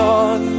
on